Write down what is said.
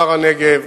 שער-הנגב,